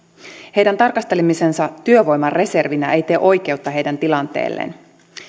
heidän tarkastelemisensa työvoimareservinä ei tee oikeutta heidän tilanteelleen